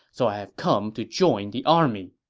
so i have come to join the army.